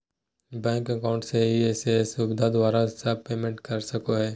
bank account ECS इ.सी.एस सुविधा द्वारा सब पेमेंट कर सको हइ